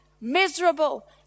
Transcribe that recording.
miserable